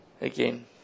again